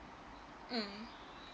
mm